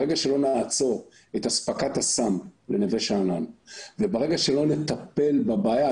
ברגע שלא נעצור את הספקת הסם לנווה שאנן וברגע שלא נטפל בבעיה,